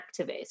activist